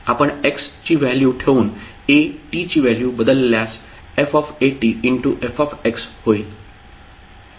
आपण x ची value ठेवून at ची व्हॅल्यू बदलल्यास f f होईल